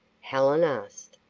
helen asked.